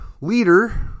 leader